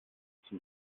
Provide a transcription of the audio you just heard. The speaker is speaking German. zum